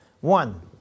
One